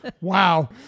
Wow